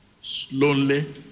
slowly